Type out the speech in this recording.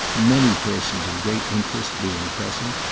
many persons of great interest being present.